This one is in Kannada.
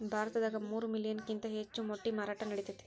ಭಾರತದಾಗ ಮೂರ ಮಿಲಿಯನ್ ಕಿಂತ ಹೆಚ್ಚ ಮೊಟ್ಟಿ ಮಾರಾಟಾ ನಡಿತೆತಿ